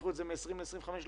להאריך לו את זה מ-20 ל-25 שנים.